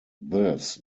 this